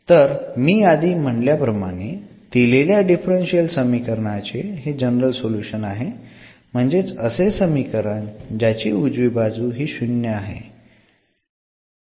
तर मी आधी म्हणल्याप्रमाणे दिलेल्या डिफरन्शियल समीकरणाचे हे जनरल सोल्युशन आहे म्हणजेच असे समीकरण ज्याची उजवी बाजू हि शून्य आहे